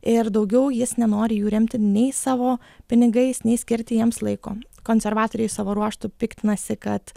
ir daugiau jis nenori jų remti nei savo pinigais nei skirti jiems laiko konservatoriai savo ruožtu piktinasi kad